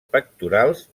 pectorals